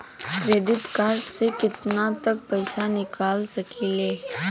Credit card से केतना तक पइसा निकाल सकिले?